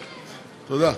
תודה.